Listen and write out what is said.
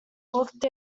looked